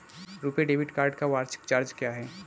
RuPay debit card का वार्षिक charge क्या है?